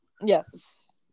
Yes